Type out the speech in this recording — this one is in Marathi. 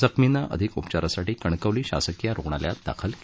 जखमींना अधिक उपचारासाठी कणकवली शासकीय रुग्णालयात दाखल केलं आहे